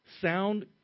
sound